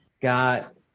got